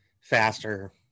faster